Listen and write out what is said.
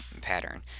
pattern